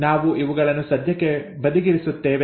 ನಾವು ಇವುಗಳನ್ನು ಸದ್ಯಕ್ಕೆ ಬದಿಗಿರಿಸುತ್ತೇವೆ